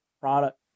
product